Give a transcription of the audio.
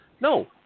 No